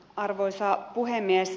arvoisa puhemies